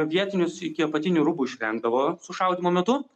vietinius iki apatinių rūbų išrengdavo sušaudymo metu